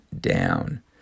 down